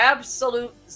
Absolute